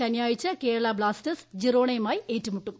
ശനിയാഴ്ച കേരള ബ്ലാസ്റ്റേഴ്സ് ജിറോണയുമായി ഏറ്റുമുട്ടും